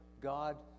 God